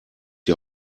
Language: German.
die